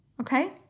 Okay